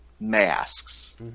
masks